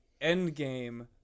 Endgame